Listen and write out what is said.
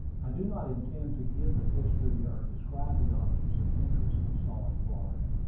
i do not intend to give the history or describe the objects of interest we saw in florida,